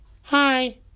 Hi